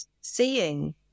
seeing